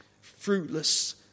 fruitless